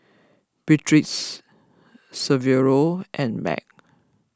Beatriz Severo and Meg